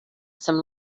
some